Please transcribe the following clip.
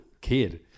kid